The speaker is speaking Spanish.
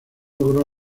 logró